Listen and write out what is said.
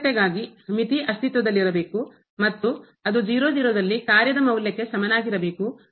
ನಿರಂತರತೆಗಾಗಿ ಮಿತಿ ಅಸ್ತಿತ್ವದಲ್ಲಿರಬೇಕು ಮತ್ತು ಅದು ದಲ್ಲಿ ಕಾರ್ಯದ ಮೌಲ್ಯಕ್ಕೆ ಸಮನಾಗಿರಬೇಕು